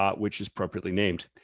um which is appropriately named.